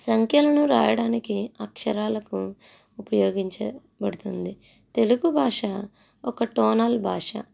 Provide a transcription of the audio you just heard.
సంఖ్యలను రాయడానికి అక్షరాలకు ఉపయోగించబడుతుంది తెలుగు భాష ఒక టోనల్ భాష